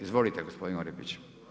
Izvolite, gospodine Orepić.